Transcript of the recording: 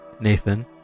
Nathan